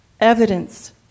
evidence